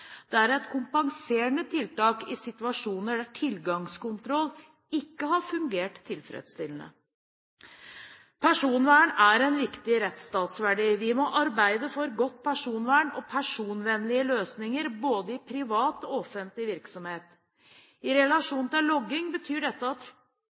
Det er et kompenserende tiltak i situasjoner der tilgangskontroll ikke har fungert tilfredsstillende. Personvern er en viktig rettsstatsverdi. Vi må arbeide for godt personvern og personvernvennlige løsninger i både privat og offentlig virksomhet. I